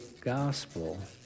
gospel